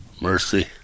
mercy